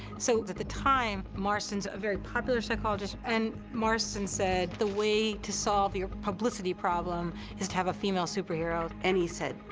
so at the time, marston's a very popular psychologist, and marston said, the way to solve your publicity problem is to have a female superhero. and he said,